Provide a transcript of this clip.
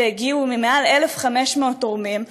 שהגיעו מיותר מ-1,500 תורמים.